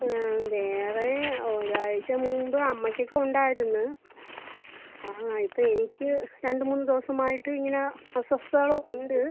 വേറെ ഒരാഴ്ച മുമ്പ് അമ്മയ്ക്ക് ഒക്കെ ഉണ്ടായിരുന്ന് ആ ഇപ്പോൾ എനിക്ക് രണ്ട് മൂന്ന് ദിവസം ആയിട്ട് ഇങ്ങനെ അസ്വസ്ഥതകളുണ്ട്